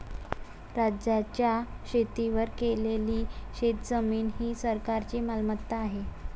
राज्याच्या शेतीवर केलेली शेतजमीन ही सरकारची मालमत्ता आहे